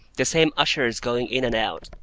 the same ushers going in and out,